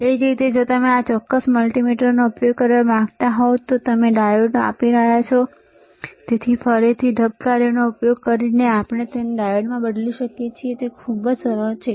એ જ રીતે જો તમે આ ચોક્કસ મલ્ટિમીટરનો ઉપયોગ કરવા માંગતા હો તો અમે ડાયોડને માપી રહ્યા છીએતેથી ફરીથી ઢબ કાર્યનો ઉપયોગ કરીને આપણે તેને ડાયોડમાં બદલી શકીએ છીએ તે ખૂબ જ સરળ છે